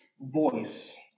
voice